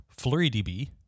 FlurryDB